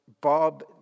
Bob